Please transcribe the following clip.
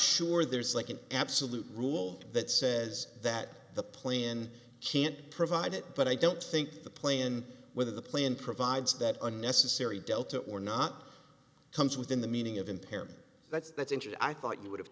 sure there's like an absolute rule that says that the play in can't provide it but i don't think the plan with the plan provides that unnecessary delta or not comes within the meaning of impairment that's that's injured i thought you would have